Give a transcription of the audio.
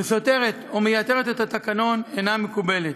וסותרת או מייתרת את התקנון, אינה מקובלת.